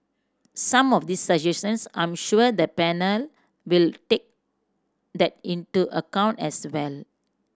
some of these suggestions I'm sure the panel will take that into account as well